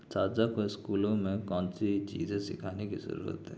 اساتذہ کو اسکولوں میں کون سی چیزیں سیکھانے کی ضرورت ہے